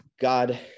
god